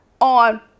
on